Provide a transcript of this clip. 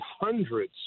hundreds